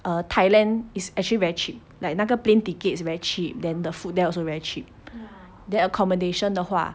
thailand is actually very cheap like 那个 plane tickets very cheap then the food there also very cheap no accommodation 的话